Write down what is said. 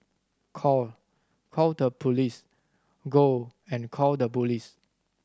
call call the police go and call the police